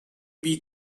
beat